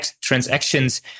transactions